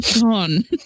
gone